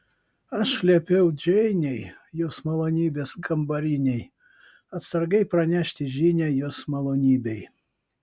aš liepiau džeinei jos malonybės kambarinei atsargiai pranešti žinią jos malonybei